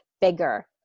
bigger